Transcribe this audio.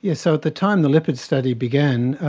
yeah so at the time the lipid study began,